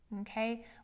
Okay